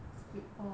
week four